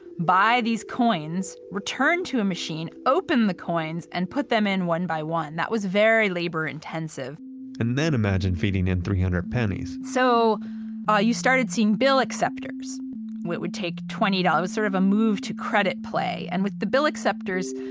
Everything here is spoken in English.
buy these coins, return to a machine, open the coins and put them in one by one. that was very labor intensive and then imagine feeding in three hundred pennies so ah you started seeing bill acceptors that would take twenty dollars, it was sort of a move to credit play, and with the bill acceptors,